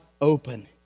open